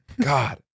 God